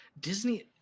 Disney